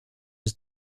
was